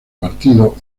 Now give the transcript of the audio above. partido